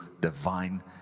divine